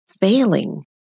failing